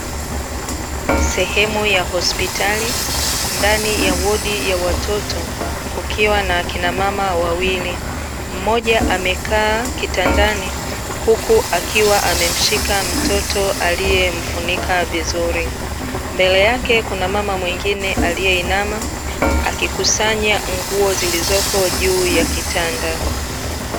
Sehemu ya hospitali, ndani ya wodi ya watoto, kukiwa na akina mama wawili. Mmoja amekaa kitandani huku akiwa amemshika mtoto aliye mfunika vizuri. Mbele yake kuna mama mwengine aliyeinama, akikusanya nguo zilizoko juu ya kitanda.